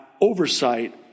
oversight